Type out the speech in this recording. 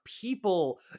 people